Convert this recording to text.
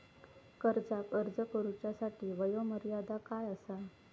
कर्जाक अर्ज करुच्यासाठी वयोमर्यादा काय आसा?